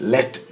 Let